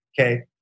Okay